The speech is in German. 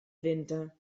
winter